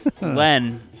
Len